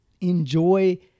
enjoy